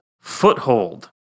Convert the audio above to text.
Foothold